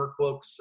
workbooks